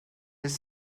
this